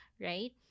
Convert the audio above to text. right